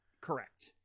Correct